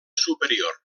superior